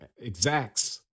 exacts